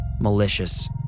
malicious